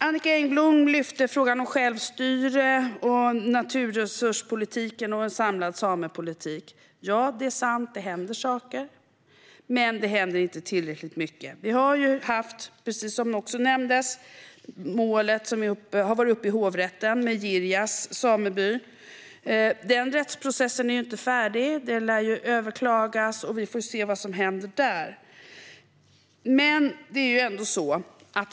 Annicka Engblom tog upp frågan om självstyre, naturresurspolitiken och en samlad samepolitik. Ja, det är sant att det händer saker, men det händer inte tillräckligt mycket. Precis som nämndes har vi haft det mål med Girjas sameby som har varit uppe i hovrätten. Rättsprocessen är inte färdig utan det hela lär överklagas. Vi får se vad som händer där.